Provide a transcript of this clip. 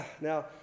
Now